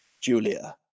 Julia